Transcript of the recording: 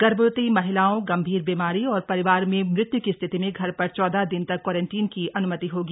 गर्भवती महिलाओं गंभीर बीमारी और परिवार में मृत्य् की स्थिति में घर पर चौदह दिन तक क्वारंटीन की अनुमति होगी